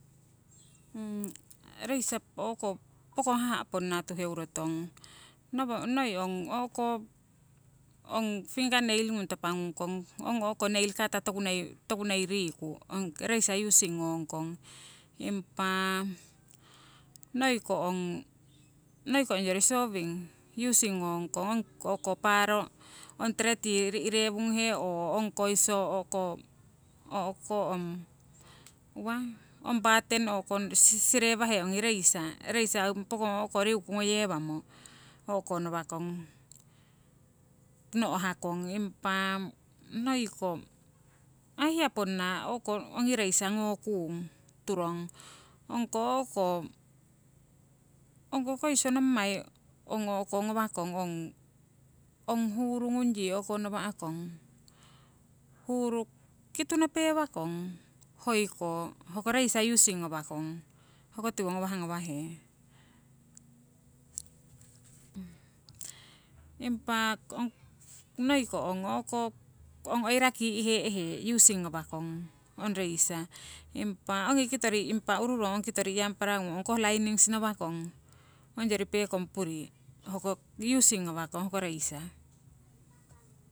reisa o'ko pokong haha' ponna tuheuro tong, nowo' noi ong o'ko ong fingernail ngung tapangung kong, ong o'ko nail cutter toku noi, toku noi riku, onng reisa using ngongkong. Impa noiko ong, noiko ongyori sawing using ngongkong ong o'ko paaro ong tred yii ri`rewunghe, oo ong koiso o'ko, o'ko ong baten o'ko sirewahe ongi reisa, reisa ong pokong o'ko riuku ngoyewamo o'konowakong no'hakong. Impa noiko aii hiya ponna hoko ongi resa ngokuung turong. Ong ko o'ko ong ko koiso nommai ong o'ko ngawakong ong huuru ngung yii o'konowa. kong huuru kitu nopewakong hoiko hoko reisa using ngawakong, hoko tiwo ngawah ngawahe. impa ong noi ko ong o'ko ong oira kii`hee'he using ngawakong ong reisa. Impa ongi kitori impa ururong iyampara ngung ong koh linings nawakong ongyori pekong puri hoko using ngawakong hoko reisa.